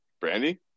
Brandy